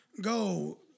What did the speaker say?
go